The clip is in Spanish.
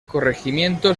corregimiento